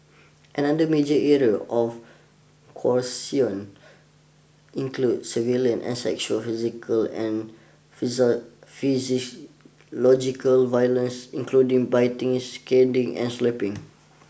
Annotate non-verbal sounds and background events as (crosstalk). another major area of coercion include surveillance and sexual physical and (unintelligible) violence including biting scalding and slapping